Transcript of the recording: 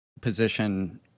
position